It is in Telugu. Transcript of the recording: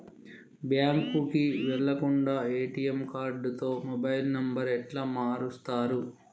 బ్యాంకుకి వెళ్లకుండా ఎ.టి.ఎమ్ కార్డుతో మొబైల్ నంబర్ ఎట్ల మారుస్తరు?